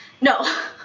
No